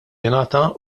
jingħata